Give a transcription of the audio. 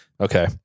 Okay